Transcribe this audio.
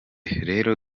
rero